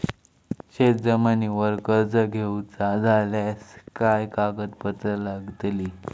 शेत जमिनीवर कर्ज घेऊचा झाल्यास काय कागदपत्र लागतली?